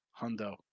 hundo